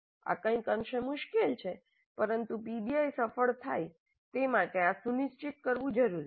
આ કંઈક અંશે મુશ્કેલ છે પરંતુ પીબીઆઈ સફળ થાય તે માટે આ સુનિશ્ચિત કરવું જરૂરી છે